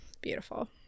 beautiful